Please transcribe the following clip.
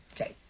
Okay